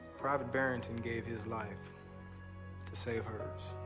private barrington gave his life to save hers.